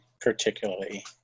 particularly